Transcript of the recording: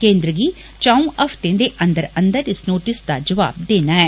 केन्द्र गी चौंऊ हफते दे अंदर अंदर इस नोटिस दा जवाब देना ऐ